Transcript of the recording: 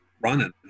running